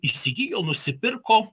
įsigijo nusipirko